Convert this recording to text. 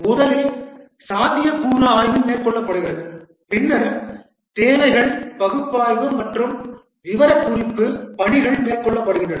முதலில் சாத்தியக்கூறு ஆய்வு மேற்கொள்ளப்படுகிறது பின்னர் தேவைகள் பகுப்பாய்வு மற்றும் விவரக்குறிப்பு பணிகள் மேற்கொள்ளப்படுகின்றன